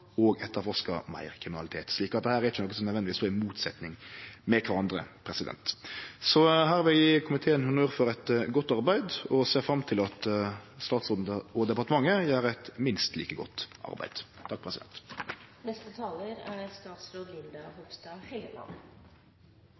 og etterforska meir kriminalitet. Så dette er ikkje nødvendigvis noko som står i motsetnad til kvarandre. Eg vil gje komiteen honnør for eit godt arbeid og ser fram til at statsråden og departementet gjer eit minst like godt arbeid.